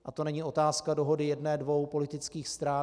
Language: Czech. A to není otázka dohody jedné dvou politických stran.